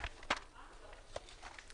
הצבעה אושרה.